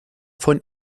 von